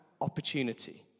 opportunity